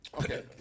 Okay